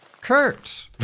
Kurt